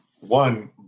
one